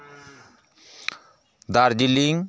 Darjeeling